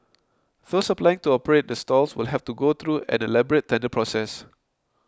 those applying to operate the stalls will have to go through an elaborate tender process